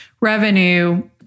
revenue